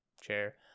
chair